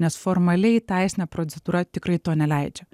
nes formaliai teisinė procedūra tikrai to neleidžia